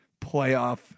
playoff